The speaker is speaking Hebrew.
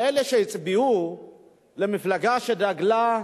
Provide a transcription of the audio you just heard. על אלה שהצביעו למפלגה שדגלה,